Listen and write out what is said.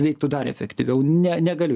veiktų dar efektyviau ne negaliu